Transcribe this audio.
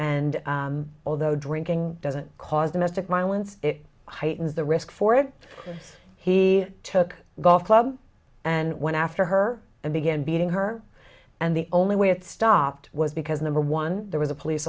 and although drinking doesn't cause domestic violence it heightens the risk for it he took golf club and went after her and began beating her and the only way it stopped was because number one there was a police